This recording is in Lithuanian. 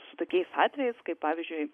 su tokiais atvejais kai pavyzdžiui